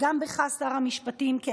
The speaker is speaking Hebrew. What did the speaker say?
וגם בך, שר המשפטים, גברתי, לסיום.